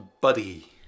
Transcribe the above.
buddy